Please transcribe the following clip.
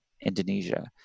Indonesia